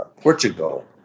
Portugal